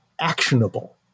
actionable